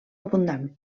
abundant